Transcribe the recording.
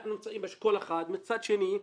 אנחנו נמצאים באשכול אחד ומצד שני,